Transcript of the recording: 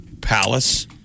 palace